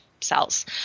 cells